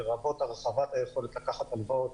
לרבות הרחבת היכולת לקחת הלוואות